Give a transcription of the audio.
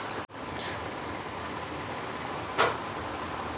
हुंडीच्या दलालाला सगळं माहीत असतं की, केव्हा आणि कुठे गुंतवणूक करायला पाहिजे